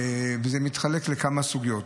זה מתחלק לכמה סוגיות.